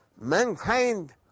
mankind